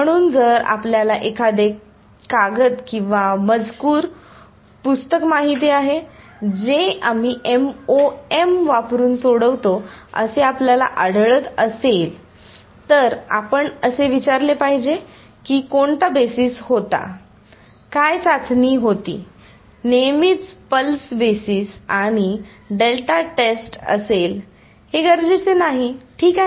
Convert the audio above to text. म्हणून जर आपल्याला एखादे कागद किंवा मजकूर पुस्तक माहित आहे जे आम्ही MoM वापरुन सोडवितो असे आपल्याला आढळत असेल तर आपण असे विचारले पाहिजे की कोणता बेसिस होता काय चाचणी होती नेहमीच पल्स बेसिस आणि डेल्टा टेस्ट असेल हे गरजेचे नाही ठीक आहे